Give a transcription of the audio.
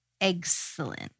excellent